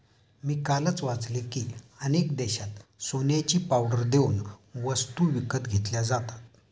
मी कालच वाचले की, अनेक देशांत सोन्याची पावडर देऊन वस्तू विकत घेतल्या जातात